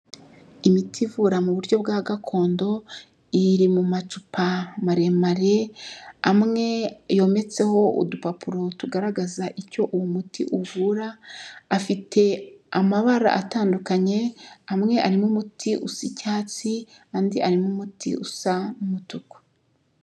Imiti ivura mu buryo bwa gakondo iri mu macupa maremare, amwe yometseho udupapuro tugaragaza icyo uwo muti uvura afite amabara atandukanye, amwe arimo umuti usa icyatsi andi arimo umuti usa n'umutuku.